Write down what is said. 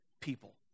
people